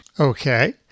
Okay